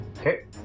Okay